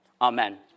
Amen